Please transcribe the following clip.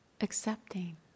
accepting